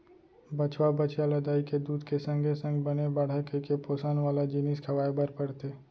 बछवा, बछिया ल दाई के दूद के संगे संग बने बाढ़य कइके पोसन वाला जिनिस खवाए बर परथे